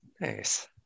Nice